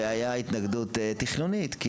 היתה התנגדות תכנונית.